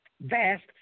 vast